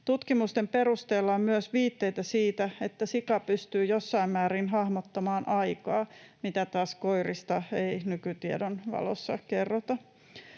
Tutkimusten perusteella on myös viitteitä siitä, että sika pystyy jossain määrin hahmottamaan aikaa, mitä taas koirista ei nykytiedon valossa kerrota.